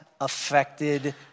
affected